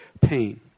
pain